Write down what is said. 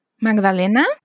Magdalena